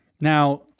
Now